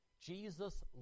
Jesus